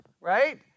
Right